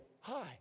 hi